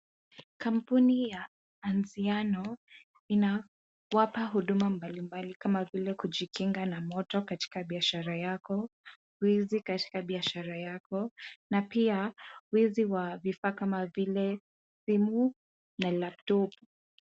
Kampuni ya Anziano inawapa huduma mbalimbali kama vile kujikinga na moto katika biashara yako, wizi katika biashara yako, na pia wizi wa vifaa kama vile simu na laptop .